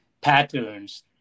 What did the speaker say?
patterns